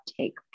take